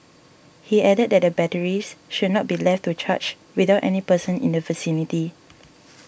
he added that the batteries should not be left to charge without any person in the vicinity